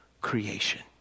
creation